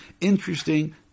interesting